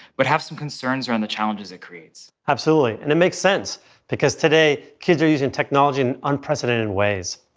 but have some concerns around the challenges it creates. absolutely. and it makes sense because today, kids are using technology in unprecedented ways.